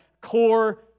core